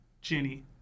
jenny